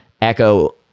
Echo